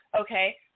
Okay